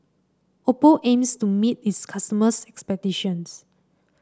Oppo aims to meet its customers' expectations